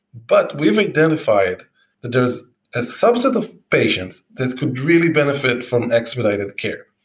but we've identified that there's a subset of patients that could really benefit from expedited care.